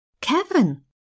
Kevin